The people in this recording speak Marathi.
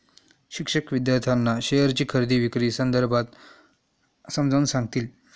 शिक्षक विद्यार्थ्यांना शेअरची खरेदी विक्री संदर्भात समजावून सांगतील